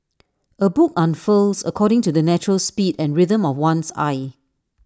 A book unfurls according to the natural speed and rhythm of one's eye